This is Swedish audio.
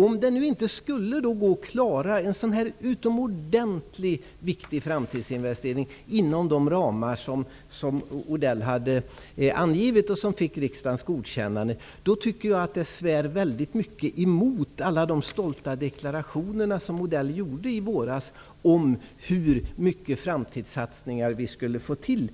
Om det nu inte skulle gå att klara av en så här utomordentligt viktig framtidsinvestering inom de ekonomiska ramar som Odell har angivit och som fått riksdagens godkännande, då svär det mycket emot alla de stolta deklarationer som Odell gjorde i våras om hur många framtidssatsningar vi skulle få till